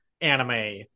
anime